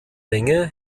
menge